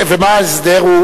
ומה ההסדר?